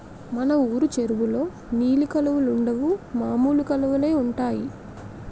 మన వూరు చెరువులో నీలి కలువలుండవు మామూలు కలువలే ఉంటాయి